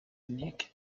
unique